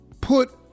put